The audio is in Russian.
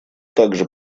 также